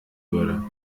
würde